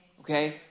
Okay